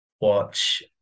watch